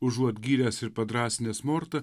užuot gyręs ir padrąsinęs mortą